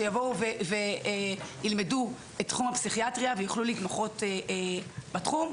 שיבואו וילמדו את תחום הפסיכיאטריה ויוכלו להתמחות בתחום.